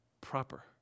proper